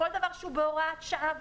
כל דבר שהוא בהוראת שעה,